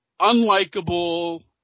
unlikable